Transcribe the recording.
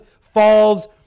falls